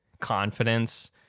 confidence